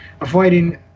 avoiding